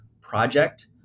project